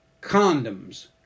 condoms